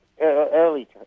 early